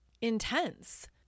intense